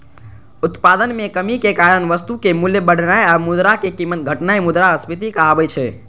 उत्पादन मे कमीक कारण वस्तुक मूल्य बढ़नाय आ मुद्राक कीमत घटनाय मुद्रास्फीति कहाबै छै